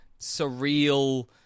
surreal